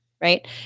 right